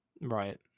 Right